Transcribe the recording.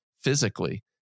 physically